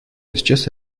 исчез